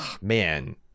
man